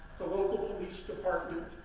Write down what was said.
the local police department,